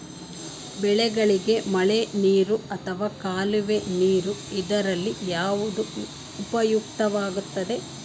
ಬೆಳೆಗಳಿಗೆ ಮಳೆನೀರು ಅಥವಾ ಕಾಲುವೆ ನೀರು ಇದರಲ್ಲಿ ಯಾವುದು ಉಪಯುಕ್ತವಾಗುತ್ತದೆ?